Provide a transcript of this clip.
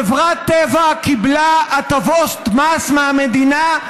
חברת טבע קיבלה הטבות מס מהמדינה,